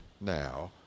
now